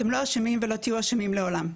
אתם לא אשמים ולא תהיו אשמים לעולם.